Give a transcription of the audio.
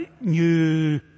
new